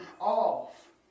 off